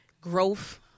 growth